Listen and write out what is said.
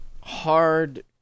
hard